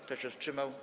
Kto się wstrzymał?